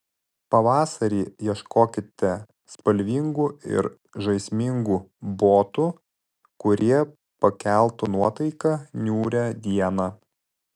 pavasarį ieškokite spalvingų ir žaismingų botų kurie pakeltų nuotaiką niūrią dieną